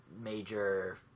major